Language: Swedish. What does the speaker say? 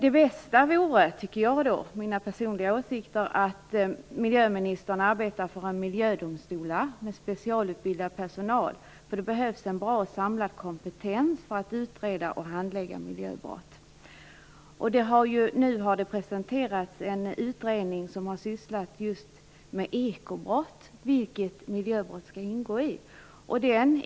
Enligt min personliga åsikt borde det bästa vara att miljöministern arbetade för inrättande av miljödomstolar med specialutbildad personal. Det behövs en bra och samlad kompetens för utredning och handläggning av miljöbrott. Det har nu presenterats en utredning som har sysslat med ekobrott, som är det område där miljöbrott skall ingå.